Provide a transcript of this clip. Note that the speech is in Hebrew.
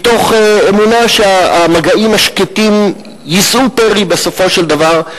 מתוך אמונה שהמגעים השקטים יישאו פרי בסופו של דבר.